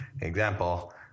example